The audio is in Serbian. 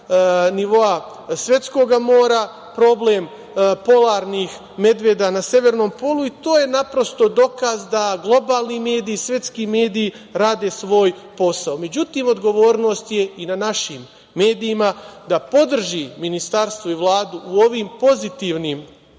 nivoa svetskog mora, problem polarnih medveda na severnom polu i to je, naprosto, dokaz da globalni mediji, svetski mediji rade svoj posao. Međutim, odgovornost je i na našim medijima da podrže ministarstvo i Vladu u ovim pozitivnim